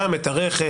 גם את הרכש.